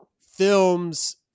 films